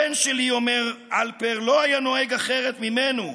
הבן שלי", אומר אלפר, "לא היה נוהג אחרת ממנו.